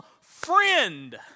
friend